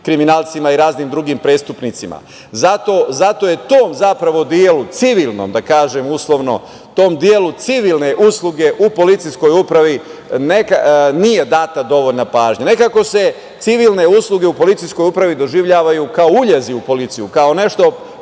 kriminalcima i raznim drugim prestupnicima. Zato tom delu civilnom, da kažem uslovno, tom delu civilne usluge u policijskoj upravi nije data dovoljna pažnja. Nekako se civilne usluge u policijskoj upravi doživljavaju kao uljezi u policiji, kao nešto